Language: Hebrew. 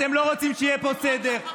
אתם לא רוצים שיהיה פה סדר.